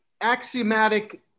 axiomatic